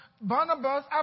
Barnabas